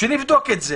שנבדוק את זה